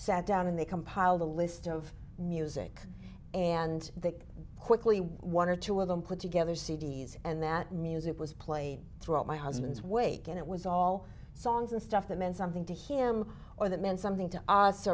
sat down and they compiled a list of music and they quickly one or two of them put together c d s and that music was played throughout my husband's wake and it was all songs and stuff that meant something to him or that meant something to